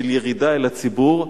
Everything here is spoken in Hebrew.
של ירידה אל הציבור,